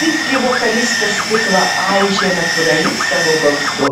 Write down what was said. visgi vokalistas stiklą aižė natūraliu savo balsu